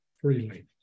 freely